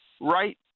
right